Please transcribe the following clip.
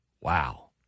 wow